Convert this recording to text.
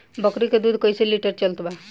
बकरी के दूध कइसे लिटर चलत बा?